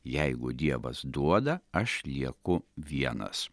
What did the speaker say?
jeigu dievas duoda aš lieku vienas